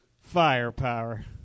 firepower